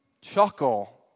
chuckle